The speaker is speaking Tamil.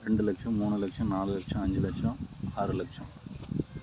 ரெண்டு லட்சம் மூணு லட்சம் நாலு லட்சம் அஞ்சு லட்சம் ஆறு லட்சம்